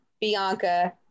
Bianca